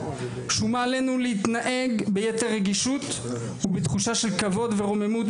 שומה עלינו להתנהג ביתר רגישות ובתחושה של כבוד ורוממות,